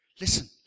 listen